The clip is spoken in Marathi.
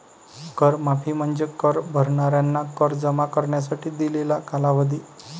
कर माफी म्हणजे कर भरणाऱ्यांना कर जमा करण्यासाठी दिलेला कालावधी